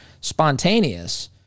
spontaneous